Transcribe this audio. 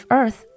earth